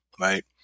right